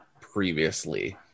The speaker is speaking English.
previously